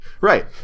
Right